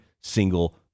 single